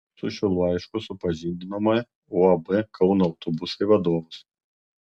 su šiuo laišku supažindinome uab kauno autobusai vadovus